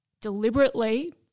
deliberately